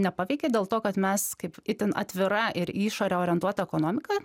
nepaveikė dėl to kad mes kaip itin atvira ir į išorę orientuota ekonomika